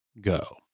go